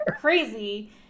crazy